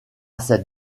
cette